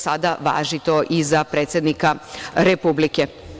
Sada važi to i za predsednika republike.